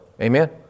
Amen